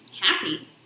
happy